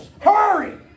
Hurry